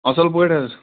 اَصٕل پٲٹھۍ حظ